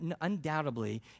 undoubtedly